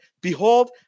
behold